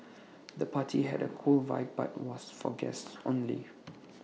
the party had A cool vibe but was for guests only